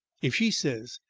if she says,